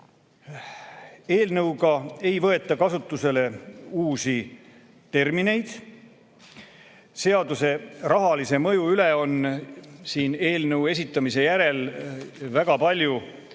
Eelnõuga ei võeta kasutusele uusi termineid. Seaduse rahalise mõju üle on siin eelnõu esitamise järel väga palju